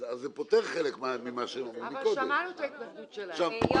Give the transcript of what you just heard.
אז זה פותר חלק --- אבל שמענו את ההתנגדות שלהם.